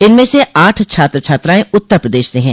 इनमें से आठ छात्र छात्रायें उत्तर प्रदेश से हैं